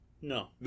No